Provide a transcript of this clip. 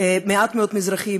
מעט מאוד מזרחים.